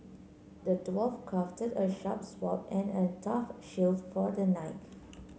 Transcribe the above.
the dwarf crafted a sharp sword and a tough shield for the knight